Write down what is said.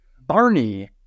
Barney